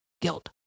guilt